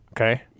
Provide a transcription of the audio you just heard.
okay